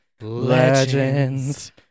legends